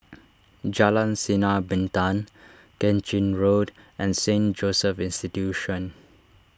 Jalan Sinar Bintang Keng Chin Road and Saint Joseph's Institution